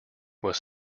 was